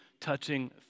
touching